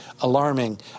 alarming